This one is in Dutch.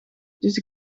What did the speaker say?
dus